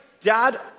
dad